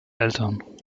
eltern